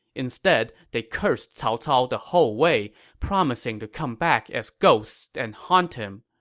instead, they cursed cao cao the whole way, promising to come back as ghosts and haunt him.